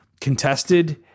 contested